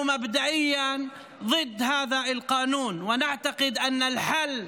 להלן תרגומם: אנחנו באופן עקרוני נגד החוק הזה,